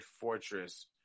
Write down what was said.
fortress